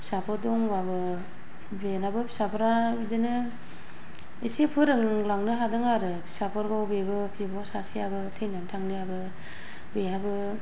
फिसाफोर दंबाबो बेनाबो फिसाफ्रा बिदिनो एसे फोरोंलांनो हादों आरो फिसाफोरखौ बेबो बिब' सासेआबो थैनानै थांनायाबो बेहाबो